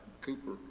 Cooper